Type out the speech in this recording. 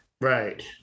Right